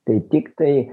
tai tiktai